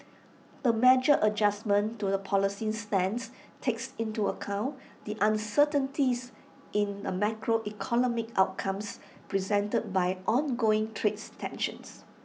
the measured adjustment to the policy stance takes into account the uncertainties in macroeconomic outcomes presented by ongoing trades tensions